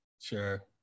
Sure